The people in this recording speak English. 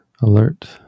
alert